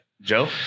Joe